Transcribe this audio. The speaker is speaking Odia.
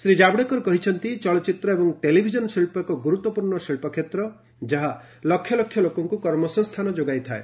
ଶ୍ରୀ ଜାଭେଡକର କହିଛନ୍ତି ଚଳଚ୍ଚିତ୍ର ଏବଂ ଟେଲିଭିଜନ ଶିଳ୍ପ ଏକ ଗୁରୁତ୍ୱପୂର୍୍ଣ ଶିଳ୍ପକ୍ଷେତ୍ର ଯାହା ଲକ୍ଷଲକ୍ଷ ଲୋକଙ୍କୁ କର୍ମସଂସ୍ଥାନ ଯୋଗାଇଥାଏ